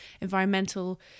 environmental